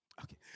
Okay